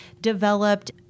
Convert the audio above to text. developed